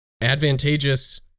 advantageous